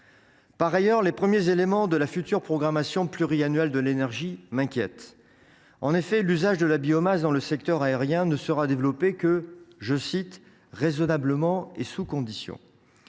Par ailleurs, les premiers éléments de la future programmation pluriannuelle de l’énergie m’inquiètent. L’usage de la biomasse dans le secteur aérien ne sera en effet développé que « raisonnablement et sous conditions ».